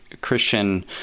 Christian